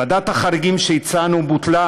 ועדת החריגים שהצענו בוטלה,